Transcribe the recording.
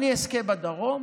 אני אזכה בדרום